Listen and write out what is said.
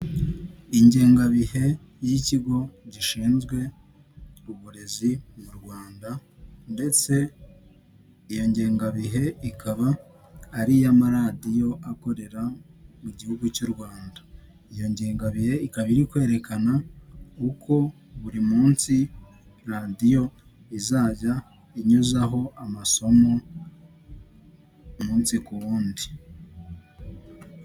Ingengabihe y'ikigo gishinzwe uburezi mu rwanda ndetse iyo ngengabihe ikaba ari iy'ama radiyo akorera mu gihugu cy'u rwanda; iyo ngengabihe ikaba iri kwerekana uko buri munsi radiyo izajya inyuzaho amasomo umunsi ku wundi.